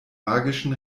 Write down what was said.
magischen